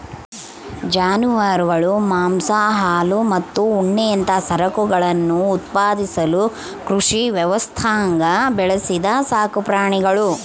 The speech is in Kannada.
ಜಾನುವಾರುಗಳು ಮಾಂಸ ಹಾಲು ಮತ್ತು ಉಣ್ಣೆಯಂತಹ ಸರಕುಗಳನ್ನು ಉತ್ಪಾದಿಸಲು ಕೃಷಿ ವ್ಯವಸ್ಥ್ಯಾಗ ಬೆಳೆಸಿದ ಸಾಕುಪ್ರಾಣಿಗುಳು